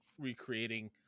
recreating